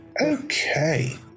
Okay